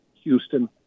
Houston